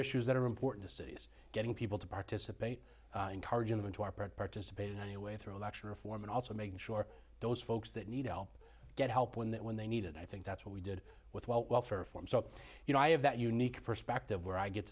issues that are important to cities getting people to participate encouraging them to our part participate in any way through election reform and also making sure those folks that need help get help when that when they need it i think that's what we did with welfare reform so you know i have that unique perspective where i get